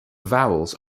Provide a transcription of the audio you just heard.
vowels